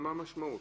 המשמעות.